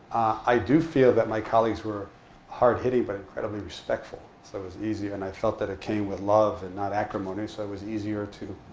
i do feel that my colleagues were hard-hitting but incredibly respectful. so it was easy. and i felt that it came with love and not acrimony. so it was easier to